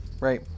right